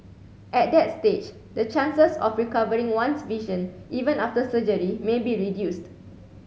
at that stage the chances of recovering one's vision even after surgery may be reduced